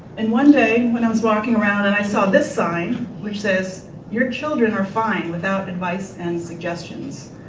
and one day when i was walking around and i saw this sign which says, your children are fine without advice and suggestions.